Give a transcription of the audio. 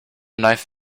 knife